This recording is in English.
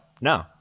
No